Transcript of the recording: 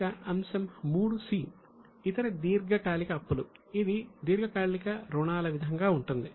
ఇక అంశం 3 'c' ఇతర దీర్ఘకాలిక అప్పులు ఇది దీర్ఘకాలిక రుణాల విధంగా ఉంటుంది